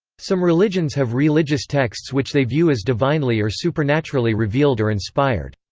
some religions have religious texts which they view as divinely or supernaturally revealed or inspired.